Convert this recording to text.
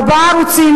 ארבעה ערוצים.